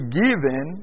given